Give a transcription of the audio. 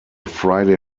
friday